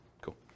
Cool